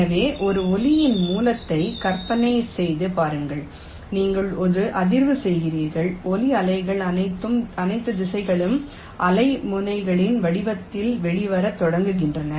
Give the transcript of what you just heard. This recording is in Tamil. எனவே ஒரு ஒலியின் மூலத்தை கற்பனை செய்து பாருங்கள் நீங்கள் ஒரு அதிர்வு செய்கிறீர்கள் ஒலி அலைகள் அனைத்து திசைகளிலும் அலை முனைகளின் வடிவத்தில் வெளிவரத் தொடங்குகின்றன